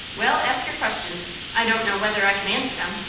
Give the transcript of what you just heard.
well, ask your questions i don't know whether i can answer them.